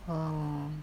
oh